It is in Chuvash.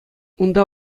унта